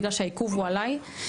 מפני שהעיכוב הוא עליי.